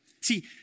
See